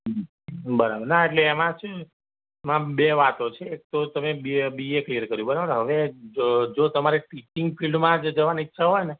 બરાબર ના એટલે એમાં શું એમાં બે વાતો છે એક તો તમે બ B A B A clear કર્યું બરાબર હવે જો જો તમારે ટીચિંગ ફિલ્ડમાં જ જવાની ઈચ્છા હોયને